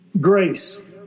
grace